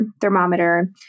thermometer